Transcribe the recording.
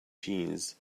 jeans